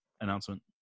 announcement